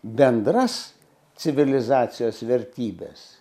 bendras civilizacijos vertybes